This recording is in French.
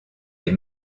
les